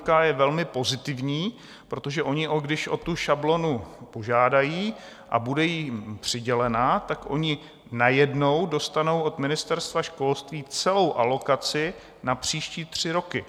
Je velmi pozitivní, protože oni, když o tu šablonu požádají a bude jim přidělena, najednou dostanou od Ministerstva školství celou alokaci na příští tři roky.